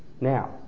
Now